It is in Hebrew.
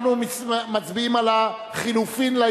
אנחנו מצביעים על ההסתייגות לחלופין.